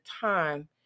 time